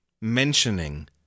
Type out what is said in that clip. mentioning